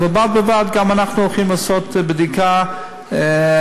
ובד בבד גם אנחנו הולכים לעשות בדיקה נייטרלית.